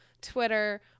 twitter